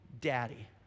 Daddy